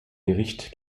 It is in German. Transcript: gericht